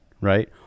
right